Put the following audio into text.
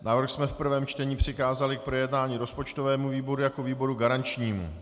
Návrh jsme v prvém čtení přikázali k projednání rozpočtovému výboru jako výboru garančnímu.